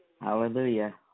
hallelujah